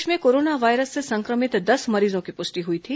प्रदेश में corona virus से संक्रमित दस मरीजों की पुष्टि हुई थी